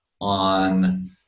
on